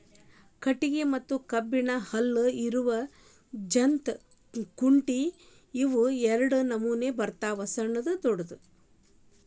ಕಟಗಿ ಮತ್ತ ಕಬ್ಬನ್ದ್ ಹಲ್ಲ ಇರು ಜಂತ್ ಕುಂಟಿ ಇವ ಎರಡ ನಮೋನಿ ಬರ್ತಾವ ಸಣ್ಣು ದೊಡ್ಡು